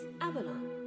Avalon